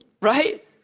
Right